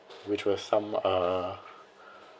which was some uh